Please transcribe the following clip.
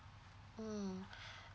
mm